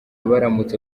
baramutse